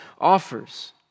offers